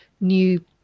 new